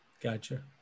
Gotcha